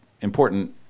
important